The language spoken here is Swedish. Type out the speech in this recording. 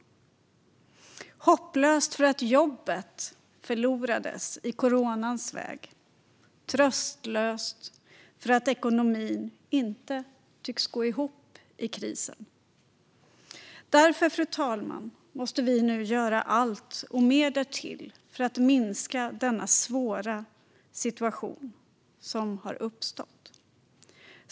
Det kan kännas hopplöst för att jobbet förlorades i coronans väg, tröstlöst för att ekonomin inte tycks gå ihop i krisen. Därför, fru talman, måste vi nu göra allt och mer därtill för att minska denna svåra situation som har uppstått.